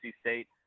State